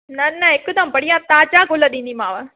न न हिकदमि बढ़िया ताज़ा गुल ॾींदीमांव